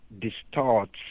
distorts